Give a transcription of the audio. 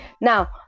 Now